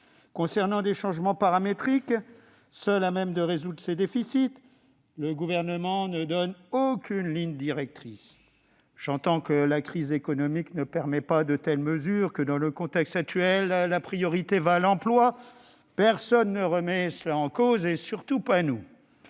Quant aux changements paramétriques, seuls à même de résoudre ces déficits, le Gouvernement ne donne aucune ligne directrice. J'entends dire que la crise économique ne permet pas de telles mesures et que, dans le contexte actuel, la priorité va à l'emploi. Personne ne remet cela en cause, et surtout pas nous